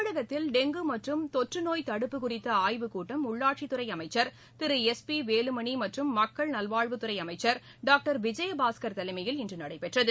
தமிழகத்தில் டெங்கு மற்றும் தொற்று நோய் தடுப்பு குறித்த ஆய்வுக் கூட்டம் உள்ளாட்சித் துறை அமைச்சர் திரு எஸ் பி வேலுமணி மற்றும் மக்கள் நல்வாழ்வுத் துறை அமைச்சர் டாக்டர் விஜயபாஸ்கர் தலைமையில் இன்று நடைபெற்றது